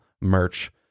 merch